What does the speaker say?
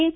H